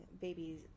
babies